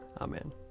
Amen